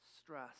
stress